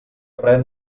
pren